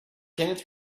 kenneth